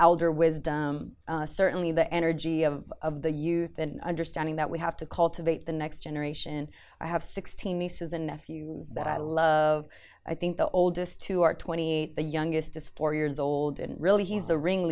elder wisdom certainly the energy of the youth and understanding that we have to cultivate the next generation i have sixteen nieces and nephews that i love i think the oldest two are twenty eight the youngest is four years old and really he's the ring